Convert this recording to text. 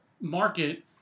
market